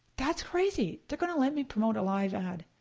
that's crazy, they're gonna let me promote a live ad.